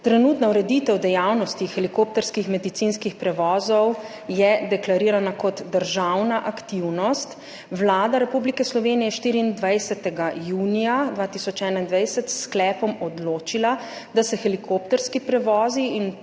Trenutna ureditev dejavnosti helikopterskih medicinskih prevozov je deklarirana kot državna aktivnost. Vlada Republike Slovenije je 24. junija 2021 s sklepom odločila, da se helikopterski prevozi, in